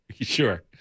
Sure